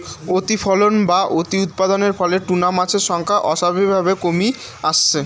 অতিফলন বা অতিউৎপাদনের ফলে টুনা মাছের সংখ্যা অস্বাভাবিকভাবে কমি আসছে